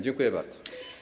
Dziękuję bardzo.